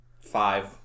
five